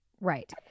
Right